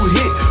hit